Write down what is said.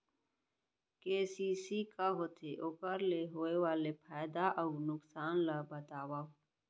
KCC का होथे, ओखर ले होय वाले फायदा अऊ नुकसान ला बतावव?